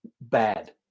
bad